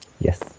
Yes